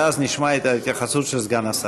ואז נשמע את ההתייחסות של סגן השר.